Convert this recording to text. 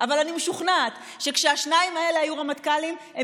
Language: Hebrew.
אבל אני משוכנעת שכשהשניים האלה היו רמטכ"לים הם